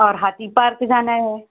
और हाथी पार्क जाना है